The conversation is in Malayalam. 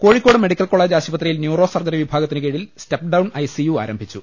കോഴിക്കോട് മെഡിക്കൽ കോളെജ് ആശുപത്രിയിൽ ന്യൂറോ സർജറി വിഭാഗത്തിനു കീഴിൽ step down I C U ആരം ഭിച്ചു